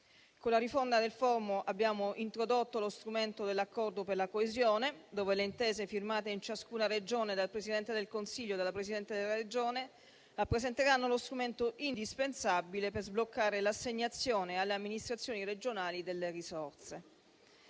Con la riforma del Fondo abbiamo introdotto lo strumento dell'Accordo per la coesione, dove le intese firmate in ciascuna Regione dal Presidente del Consiglio e dal Presidente della Regione rappresenteranno lo strumento indispensabile per sbloccare l'assegnazione alle amministrazioni regionali delle risorse.